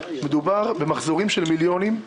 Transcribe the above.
מדובר במחזורים של מיליונים,